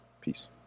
Peace